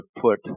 put